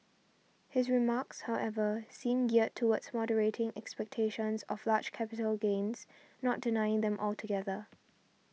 his remarks however seem geared towards moderating expectations of large capital gains not denying them altogether